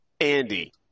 Andy